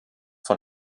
von